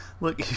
Look